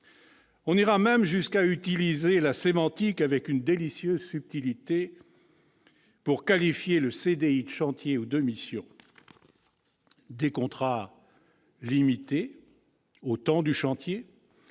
On ira même jusqu'à utiliser la sémantique avec une délicieuse subtilité pour qualifier de CDI « de chantier » ou « de mission » des contrats dont la durée est limitée